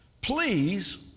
Please